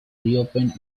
reopen